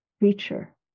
creature